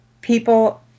people